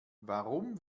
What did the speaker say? warum